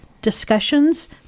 discussions